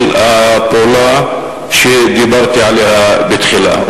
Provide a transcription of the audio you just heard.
סוג פעולה שדיברתי עליה בתחילה?